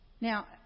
Now